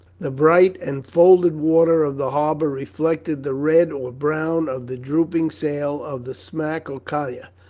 the bright enfolded water of the harbour reflecting the red or brown of the drooping sail of the smack or collier,